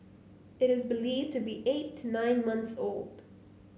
it is believed to be eight to nine month old